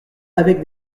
avec